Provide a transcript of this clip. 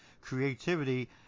creativity